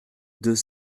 deux